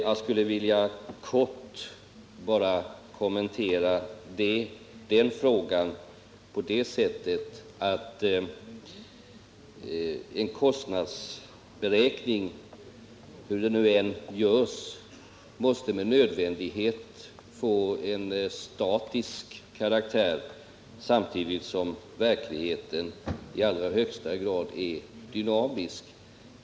Jag skulle i korthet vilja kommentera den frågan på det sättet, att en kostnadsberäkning — hur den nu än görs — med nödvändighet måste få en statisk karaktär, medan verkligheten i allra högsta grad är dynamisk.